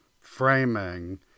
framing